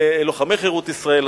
מלוחמי חירות ישראל,